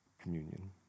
communion